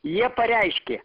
jie pareiškė